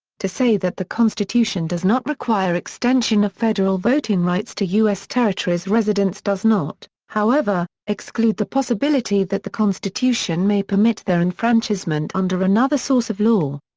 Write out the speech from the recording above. to say that the constitution does not require extension of federal voting rights to u s. territories residents does not, however, exclude the possibility that the constitution may permit their enfranchisement under another source of law.